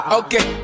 okay